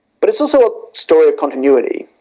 but it is also a story of continuity.